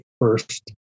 first